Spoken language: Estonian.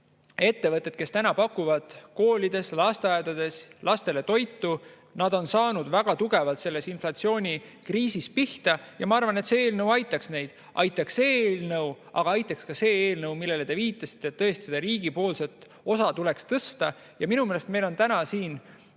ettevõtted, kes täna pakuvad koolides ja lasteaedades lastele toitu, on saanud väga tugevalt selles inflatsioonikriisis pihta. Ja ma arvan, et see eelnõu aitaks neid. Aitaks see eelnõu, aga aitaks ka see eelnõu, millele te viitasite, sest tõesti, riigipoolset osa tuleks tõsta. Minu meelest on meil täna siin